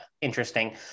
interesting